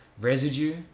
residue